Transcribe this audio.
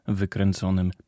wykręconym